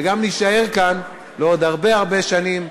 וגם נישאר כאן לעוד הרבה הרבה שנים,